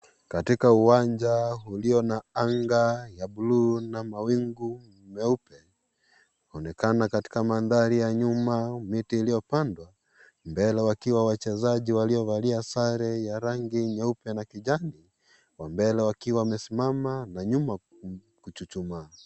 Katika uwaja ulio na anga ya blue na wawingu nyeupe, paonekana katika mandhari ya nyuma miti iliyopandwa, mbele wakiwa wachezaji waliovalia sare ya rangi nyeupe na kijani, wa mbele wakiwa wamesimama na nyuma kuchuchumaa.